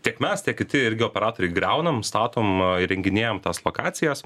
tiek mes tiek kiti irgi operatoriai griaunam statom įrenginėjam tas lokacijas